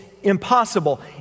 impossible